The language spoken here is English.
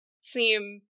seem